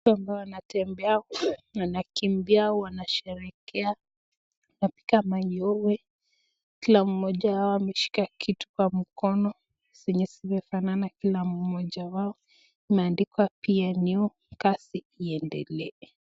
Watu ambao wanatembea, wanakimbia, wanasherekea, wanapinga mayowe, kila mmoja wao ameshika kituo kwa mkono zenye zinafanana kila mmoja wao, zimeandikwa PNU, kazi iendelee .